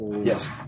Yes